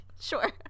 sure